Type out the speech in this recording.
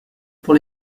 pour